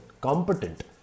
competent